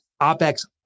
OPEX